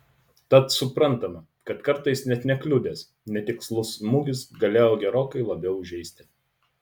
tad suprantama kad kartais net nekliudęs netikslus smūgis galėjo gerokai labiau žeisti